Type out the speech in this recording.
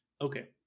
Okay